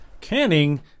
canning